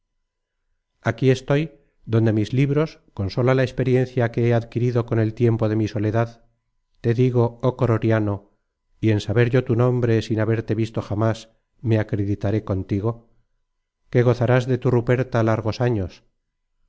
aquí estoy donde sin libros con sola la experiencia que he adquirido con el tiempo de mi soledad te digo oh croriano y en saber yo tu nombre sin haberte visto jamas me acreditaré contigo que gozarás de tu ruperta largos años